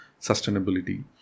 sustainability